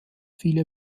viele